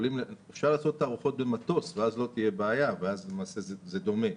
אפשר לעשות תערוכות במטוס ואז לא תהיה בעיה ואז למעשה זה דומה.